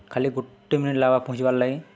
ଖଲି ଗୁଟେ ମିନିଟ୍ ଲାଗ୍ବା ପଞ୍ଚିବାର୍ ଲାଗି